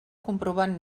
comprovant